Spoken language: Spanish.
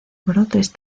brotes